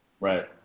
Right